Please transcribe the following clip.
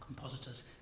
compositors